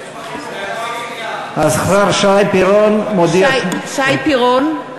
השר שי פירון מודיע, נגד.